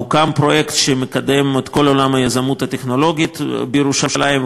הוקם פרויקט שמקדם את כל עולם היזמות הטכנולוגית בירושלים,